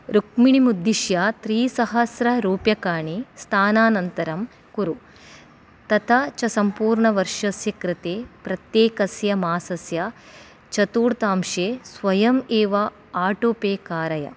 रुक्मिणीमुद्दिश्य त्रिसहस्ररूप्यकाणि स्थानान्तरं कुरु तथा च सम्पूर्णवर्षस्य कृते प्रत्येकस्य मासस्य चतुर्थांशे स्वयम् एव आटो पे कारय